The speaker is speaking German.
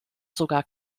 sogar